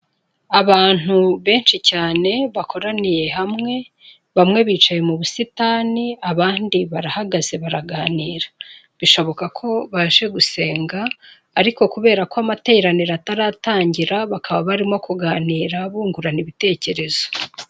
Abantu benshi cyane bakoraniye hamwe, bamwe bicaye mu busitani abandi barahagaze baraganira. Bishoboka ko baje gusenga ariko kubera ko amateraniro ataratangira, bakaba barimo kuganira bungurana ibitekerezo.